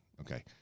okay